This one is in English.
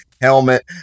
helmet